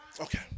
Okay